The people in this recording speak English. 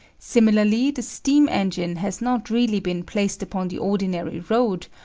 similarly the steam-engine has not really been placed upon the ordinary road,